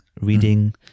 reading